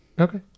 okay